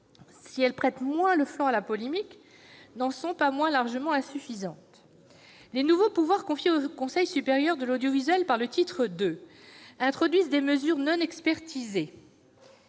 si elles prêtent moins le flanc à la polémique, n'en sont pas moins largement insuffisantes. Les nouveaux pouvoirs confiés au Conseil supérieur de l'audiovisuel par le titre II correspondent à des mesures non expertisées.